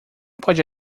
pode